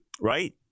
right